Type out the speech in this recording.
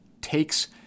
takes